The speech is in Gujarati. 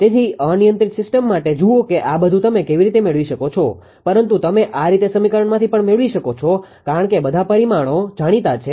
તેથી અનિયંત્રિત સિસ્ટમ માટે જુઓ કે આ બધું તમે કેવી રીતે મેળવી શકો છો પરંતુ તમે આ રીતે સમીકરણમાંથી પણ મેળવી શકો છો કારણ કે બધા પરિમાણો જાણીતા છે